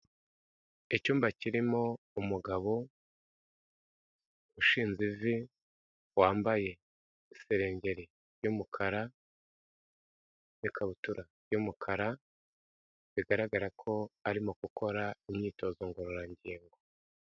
Icyumba kirimo umugabo ushinze ivi wambaye iserengeri y'umukara n'ikabutura y'umukara, bigaragara ko arimo gukora imyitozo ngororangingo.